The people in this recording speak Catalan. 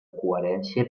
coherència